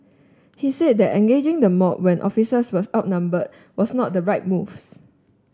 he said that engaging the mob when officers were outnumbered was not the right moves